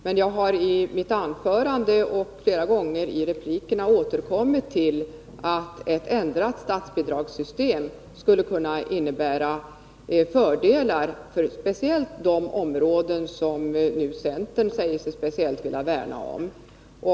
Men jag har i mitt anförande och flera gånger i replikerna återkommit till att ett ändrat statsbidragssystem skulle kunna innebära fördelar på speciellt de områden som centern nu säger sig särskilt vilja värna om.